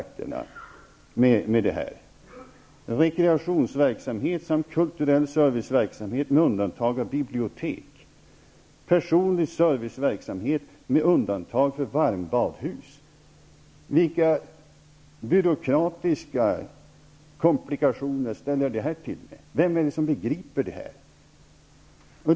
Vilka byråkratiska komplikationer medför rekreationsverksamhet samt kulturell serviceverksamhet med undantag av bibliotek, personlig serviceverksamhet med undantag för varmbadhus? Vem är det som begriper det här?